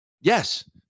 Yes